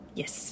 Yes